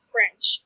French